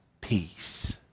peace